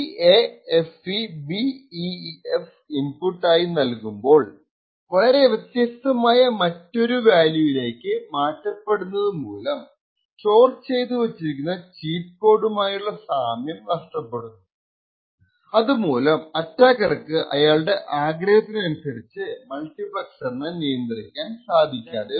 0xCAFEBEEF input ആയി നൽകുമ്പോൾ വളരെ വെത്യസ്ഥമായ മറ്റൊരു വാല്യൂയിലേക്ക് മാറ്റപെടുന്നതുമൂലം സ്റ്റോർ ചെയ്തുവച്ചിരിക്കുന്ന ചീറ്റ് കോഡ് മായുള്ള സാമ്യം നഷ്ടപെടുന്നതുമൂലം അറ്റാക്കർക്കു അയാളുടെ ആഗ്രഹ ത്തിന് അനുസരിച്ചു മൾട്ടിപ്സ്റെ നിയന്ത്രിക്കാൻ സാധിക്കാതെ വരുന്നു